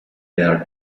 dal